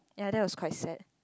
ya that was quite sad